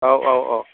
औ औ औ